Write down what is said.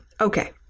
Okay